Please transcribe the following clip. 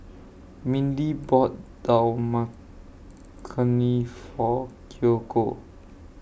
Mindy bought Dal Makhani For Kiyoko